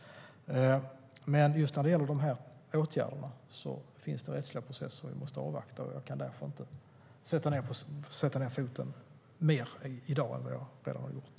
Men när det gäller just åtgärderna finns det rättsliga processer som vi måste avvakta. Jag kan därför inte sätta ned foten hårdare i dag än jag redan har gjort.